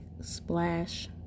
Splash